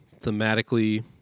thematically